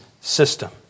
system